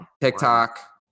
TikTok